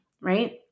right